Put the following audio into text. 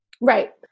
Right